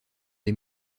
des